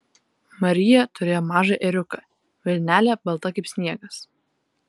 marija turėjo mažą ėriuką vilnelė balta kaip sniegas